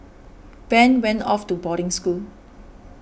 Ben went off to boarding school